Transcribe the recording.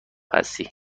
هستی